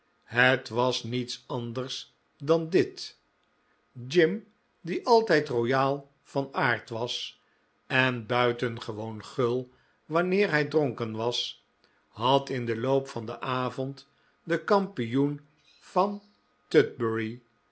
het was niets anders dan dit jim die altijd royaal van aard was en buitengewoon gul wanneer hij dronken was had in den loop van den avond den kampioen van